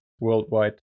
worldwide